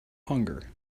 hunger